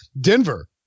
Denver